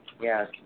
Yes